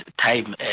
time